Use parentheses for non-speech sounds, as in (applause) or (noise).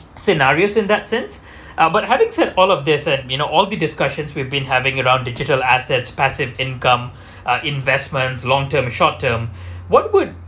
scenarios in that sense uh but having said all of this and you know all the discussions we've been having around digital assets passive income (breath) ah investments long term short term (breath) what would